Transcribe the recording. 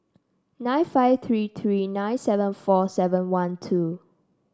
nine five three three nine seven four seven one two